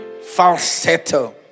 falsetto